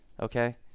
Okay